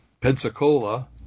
Pensacola